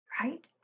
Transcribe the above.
right